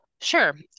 Sure